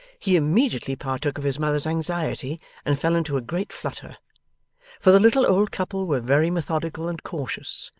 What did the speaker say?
he immediately partook of his mother's anxiety and fell into a great flutter for the little old couple were very methodical and cautious,